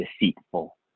deceitful